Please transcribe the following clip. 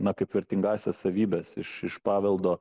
na kaip vertingąsias savybes iš iš paveldo